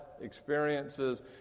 experiences